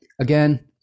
Again